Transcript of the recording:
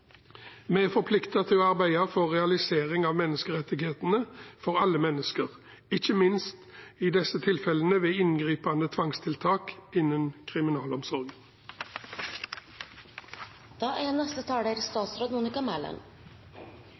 Vi er forpliktet til å arbeide for realisering av menneskerettighetene for alle mennesker – ikke minst i tilfeller med inngripende tvangstiltak innen kriminalomsorgen. Kriminalomsorgen er